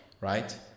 Right